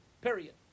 Period